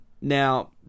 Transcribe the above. Now